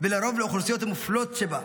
ולרוב לאוכלוסיות המופלות שבה,